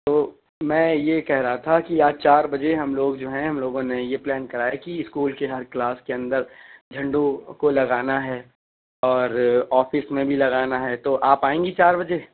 تو میں یہ کہہ رہا تھا کہ آج چار بجے ہم لوگ جو ہیں ہم لوگوں نے یہ پلان کرا ہے کہ اسکول کے ہر کلاس کے اندر جھنڈوں کو لگانا ہے اور آفس میں بھی لگانا ہے تو آپ آئیں گی چار بجے